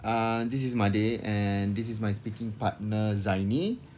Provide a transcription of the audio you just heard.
uh this is madir and this is my speaking partner zaini